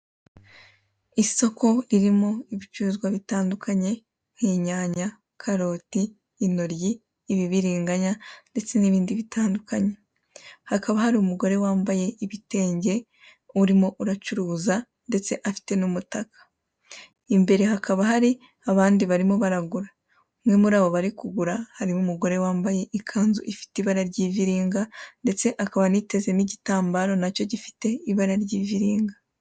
Isoko ririmo ibicuruzwa bitandukanye, nk'inyanya, karoti, intoryi, ibibiringanya ndetse n'ibindi bitandukanye. Hakaba hari umugore wambaye ibitenge urimo uracuruza ndetse afite n'umutaka. Imbere hakaba hari abandi barimo baragura. Umwe muri abo bari kugura harimo umugore wambaye ikanzu ifite ibara ry'iviringa ndetse akaba aniteze n'igitambaro na cyo gifite ibara ry'iviringa.